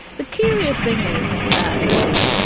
the curious thing is, ah nicole,